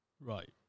Right